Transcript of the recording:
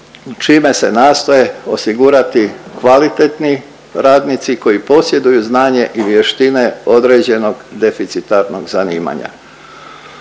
čime se nastoje osigurati kvalitetni radnici koji posjeduju znanje i vještine određenog deficitarnog zanimanja.